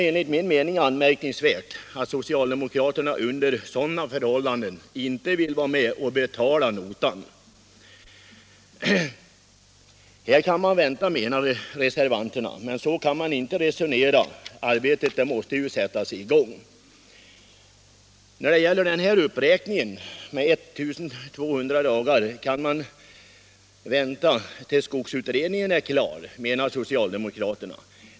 Enligt min mening är det anmärkningsvärt att socialdemokraterna under sådana förhållanden inte vill vara med och betala notan. Här kan man vänta, menar reservanterna, men så kan man inte resonera. Arbetet måste ju sättas i gång. När det gäller den här uppräkningen med 1 200 dagar kan man alltså vänta tills skogsutredningen är klar, anser socialdemokraterna.